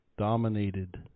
dominated